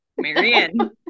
Marion